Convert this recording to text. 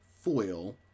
foil